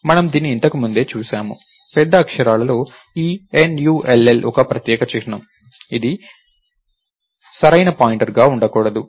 మనము దీన్ని ఇంతకు ముందే చూశాము పెద్ద అక్షరాలలో ఈ N U L L ఒక ప్రత్యేక చిహ్నం ఇది సరైన పాయింటర్గా ఉండకూడదు